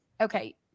Okay